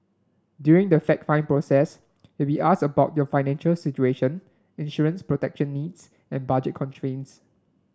during the fact find process will be asked about your financial situation insurance protection needs and budget constraints